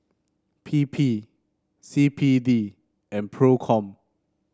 P P C P D and Procom